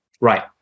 Right